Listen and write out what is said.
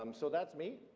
um so that's me,